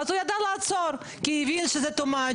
אז הוא ידע לעצור כי הוא הבין שזה טו מאץ',